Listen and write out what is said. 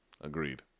Agreed